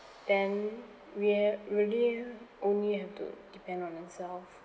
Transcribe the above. then we really only have to depend on ourselves